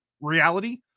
reality